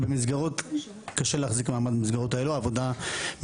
כי במסגרות קשה להחזיק מעמד במסגרות האלו העבודה,